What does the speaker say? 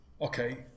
okay